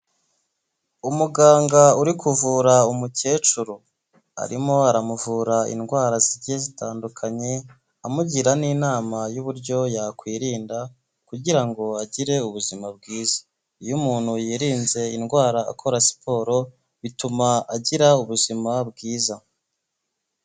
Umuganga uri kuvura umukecuru, arimo aramuvura indwara zigiye zitandukanye amugira n'inama y'uburyo yakwirinda kugirango agire ubuzima bwiza, iyo umuntu yirinze indwara akora siporo bituma agira ubuzima bwiza.